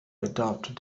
adopted